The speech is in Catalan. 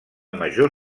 major